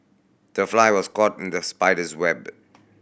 the fly was caught in the spider's web